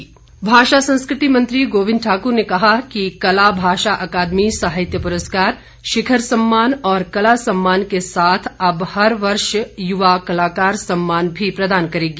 गोविन्द ठाकुर भाषा संस्कृति मंत्री गोविन्द ठाकुर ने कहा है कि कला भाषा अकादमी साहित्य पुरस्कार शिखर सम्मान और कला सम्मान के साथ अब हर वर्ष युवा कलाकार सम्मान भी प्रदान करेगी